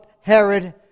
Herod